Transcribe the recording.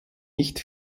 nicht